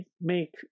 make